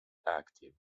active